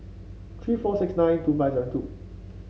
three four six nine two five seven two